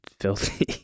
filthy